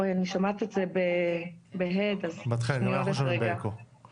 ההורים מתבקשים להפקיד ערבות בנקאית בסך 20,000